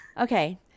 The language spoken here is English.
Okay